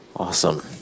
Awesome